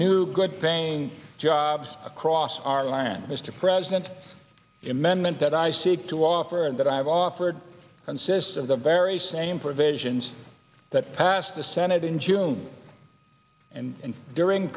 new good paying jobs across our land mr president in men meant that i seek to offer and that i've offered consist of the very same provisions that passed the senate in june and during